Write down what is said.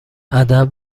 ادب